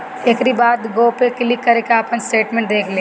एकरी बाद गो पे क्लिक करके आपन स्टेटमेंट देख लें